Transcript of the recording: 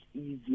easier